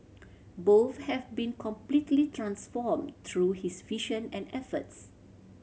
both have been completely transformed through his vision and efforts